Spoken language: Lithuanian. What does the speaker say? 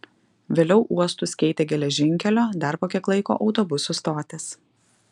vėliau uostus keitė geležinkelio dar po kiek laiko autobusų stotys